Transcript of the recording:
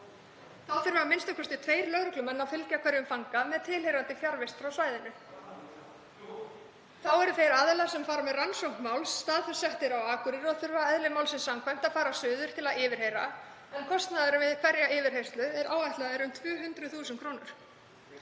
Þá þurfa a.m.k. tveir lögreglumenn að fylgja hverjum fanga með tilheyrandi fjarvist af svæðinu. Þá eru þeir aðilar sem fara með rannsókn máls staðsettir á Akureyri og þurfa eðli málsins samkvæmt að fara suður til að yfirheyra, en kostnaðurinn við hverja yfirheyrslu er áætlaður um 200.000 kr.